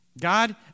God